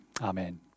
Amen